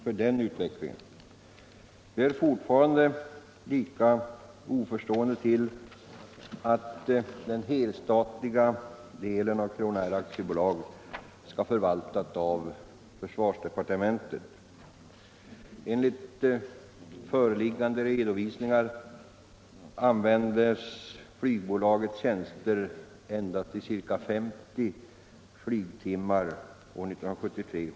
5 mars 1975 Vi är fortfarande lika oförstående till att den helstatliga delen av I Crownair AB skall förvaltas av försvarsdepartementet. Enligt föreliggande = Åtgärder mot stöld redovisningar var bolagets flygtid för försvarets räkning 1973/74 endast — avvapenm.m. från ca 50 timmar.